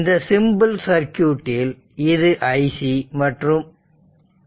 இந்த சிம்பிள் சர்க்யூட்டில் இது iC மற்றும் iR